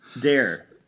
Dare